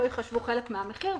לא ייחשבו חלק מהמחיר,